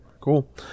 Cool